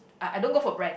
I I don't go for brand